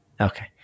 okay